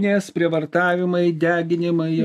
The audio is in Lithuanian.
nes prievartavimai deginimai